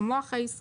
והוא המוח הישראלי.